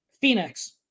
Phoenix